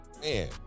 man